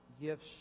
gifts